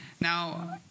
Now